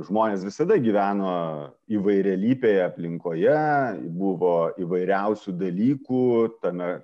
žmonės visada gyveno įvairialypėje aplinkoje buvo įvairiausių dalykų tame